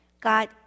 God